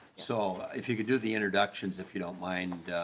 so if you can do the introductions if you don't mind.